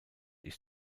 ich